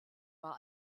war